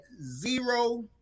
zero